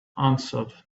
answered